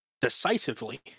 decisively